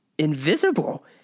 Invisible